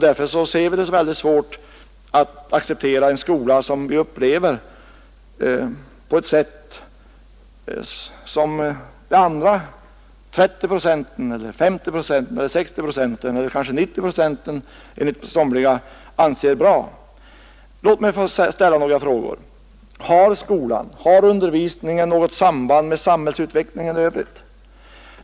Därför är det mycket svårt för oss att acceptera en skola som vi upplever på ett annat sätt än de resterande 30, 50, 60 eller kanske 90 procenten, som anser att den är bra. Låt mig ställa en fråga: Har undervisningen något samband med samhällsutvecklingen i övrigt?